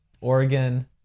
Oregon